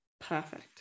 perfect